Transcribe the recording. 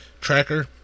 tracker